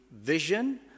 vision